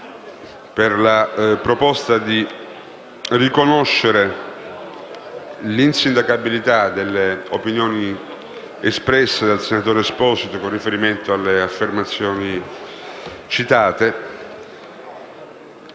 sulla proposta di riconoscere l'insindacabilità delle opinioni espresse dal senatore Stefano Esposito con riferimento alle affermazioni citate.